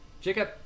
Jacob